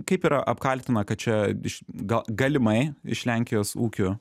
kaip yra apkaltina kad čia iš galimai iš lenkijos ūkių